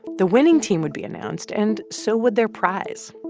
the winning team would be announced, and so would their prize,